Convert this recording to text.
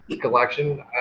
collection